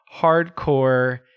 hardcore